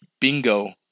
bingo